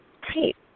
great